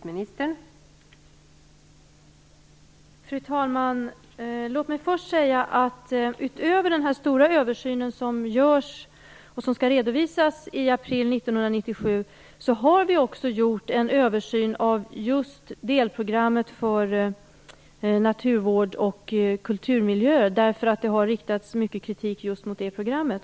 Fru talman! Utöver den stora översyn som görs och som skall redovisas i april 1997 har vi gjort en översyn just av delprogrammet för naturvård och kulturmiljöer. Det har ju riktats mycket kritik mot det programmet.